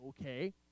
Okay